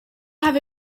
have